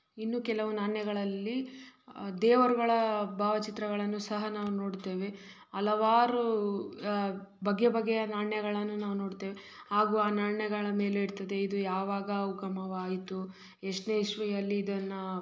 ಇನ್ನು ಕೆಲವು ನಾಣ್ಯಗಳಲ್ಲಿ ದೇವರುಗಳ ಭಾವಚಿತ್ರಗಳನ್ನು ಸಹ ನಾವು ನೋಡ್ತೇವೆ ಹಲವಾರು ಬಗೆ ಬಗೆಯ ನಾಣ್ಯಗಳನ್ನು ನಾವು ನೋಡ್ತೇವೆ ಹಾಗೂ ಆ ನಾಣ್ಯಗಳ ಮೇಲೆ ಇರ್ತದೆ ಇದು ಯಾವಾಗ ಉಗಮವಾಯಿತು ಎಷ್ಟನೇ ಇಸವಿಯಲ್ಲಿ ಇದನ್ನು